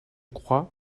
crois